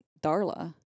Darla